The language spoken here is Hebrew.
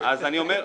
אז אני אומר,